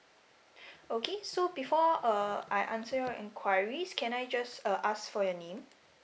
okay so before uh I answer your enquiries can I just uh ask for your name